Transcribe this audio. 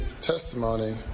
testimony